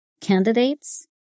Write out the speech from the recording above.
candidates